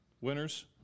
Winners